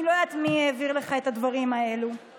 אם תדברי עוד פעם, נעביר את זה לוועדת הכנסת.